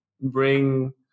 bring